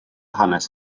hanes